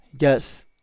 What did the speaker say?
Yes